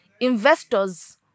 investors